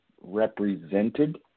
represented